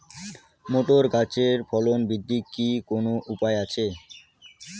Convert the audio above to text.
Motor গাছের ফলন বৃদ্ধির কি কোনো উপায় আছে?